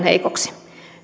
heikoksi